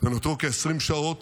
ונותרו כ-20 שעות